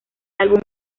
álbum